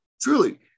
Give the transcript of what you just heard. Truly